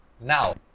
Now